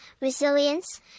resilience